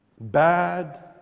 bad